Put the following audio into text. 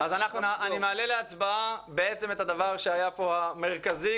אני מעלה להצבעה את הדבר המרכזי,